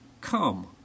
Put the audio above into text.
Come